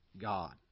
God